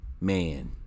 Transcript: man